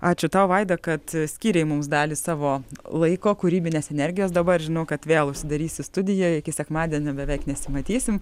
ačiū tau vaida kad skyrei mums dalį savo laiko kūrybinės energijos dabar žinau kad vėl užsidarysi studijoj iki sekmadienio beveik nesimatysim